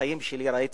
שבחיים שלי ראיתי